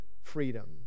freedom